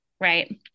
right